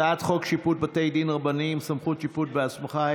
הצעת חוק שיפוט בתי דין רבניים (סמכות שיפוט בהסכמה),